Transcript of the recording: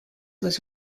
was